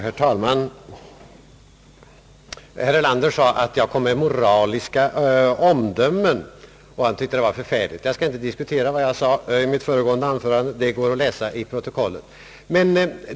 Herr talman! Herr Erlander sade att jag kom med moraliska omdömen, och han tyckte att det var förfärligt. Jag skall inte diskutera vad jag sade i mitt föregående anförande — det går att läsa i protokollet.